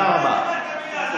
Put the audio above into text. כל הנאום הפריעו לו.